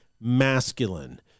masculine